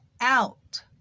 out